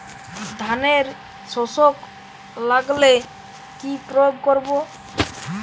ধানের শোষক লাগলে কি প্রয়োগ করব?